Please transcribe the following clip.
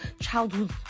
childhood